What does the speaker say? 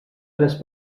tres